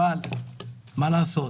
אבל מה לעשות,